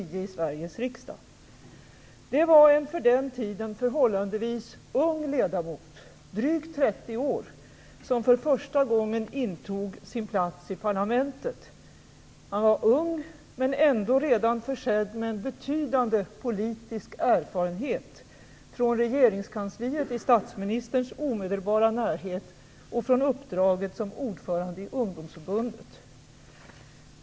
Det var en för den tiden förhållandevis ung ledamot - drygt 30 år - som för första gången intog sin plats i parlamentet. Han var ung - men ändå redan försedd med en betydande politisk erfarenhet, från regeringskansliet i statsministerns omedelbara närhet och från uppdraget som ordförande i ungdomsförbundet.